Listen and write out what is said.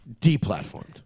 Deplatformed